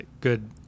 good